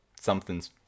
something's